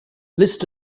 list